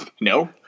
No